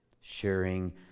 sharing